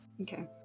Okay